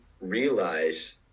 realize